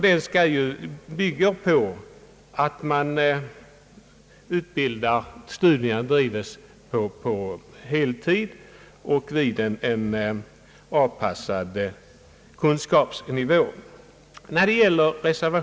Den skall bygga på att studierna bedrives på heltid och vid en avpassad kunskapsnivå.